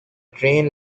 train